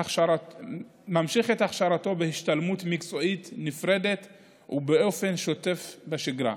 את הכשרתו בהשתלמות מקצועית נפרדת ובאופן שוטף בשגרה.